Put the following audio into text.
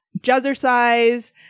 jazzercise